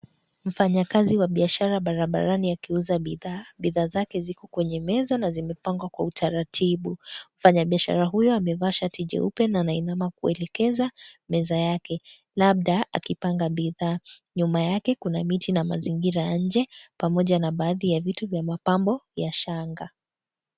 Mfanyakazi wa biashara akiwa barabarani akiuza bidhaa, bidhaa zake ziko kwenye meza na zimepangwa kwa utaratibu. Mfanyabiashara huyo amevaa shati jeupe na anainama kuelekeza meza yake, labda akipanga bidhaa. Nyuma yake kuna miti na mazingira ya nje, pamoja na baadhi ya vitu vya mapambo ya shanga.